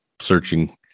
searching